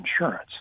insurance